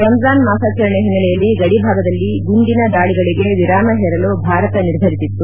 ರಂಜಾನ್ ಮಾಸಾಚರಣೆ ಹಿನ್ನೆಲೆಯಲ್ಲಿ ಗಡಿ ಭಾಗದಲ್ಲಿ ಗುಂಡಿನ ದಾಳಗಳಗೆ ವಿರಾಮ ಹೇರಲು ಭಾರತ ನಿರ್ಧರಿಸಿತ್ತು